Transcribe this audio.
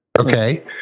Okay